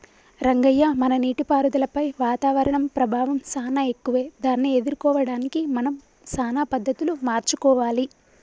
రంగయ్య మన నీటిపారుదలపై వాతావరణం ప్రభావం సానా ఎక్కువే దాన్ని ఎదుర్కోవడానికి మనం సానా పద్ధతులు మార్చుకోవాలి